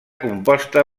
composta